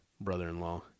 brother-in-law